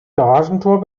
garagentor